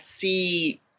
see